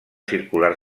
circular